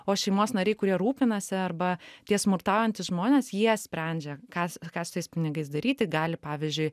o šeimos nariai kurie rūpinasi arba tie smurtaujantys žmonės jie sprendžia ką ką su tais pinigais daryti gali pavyzdžiui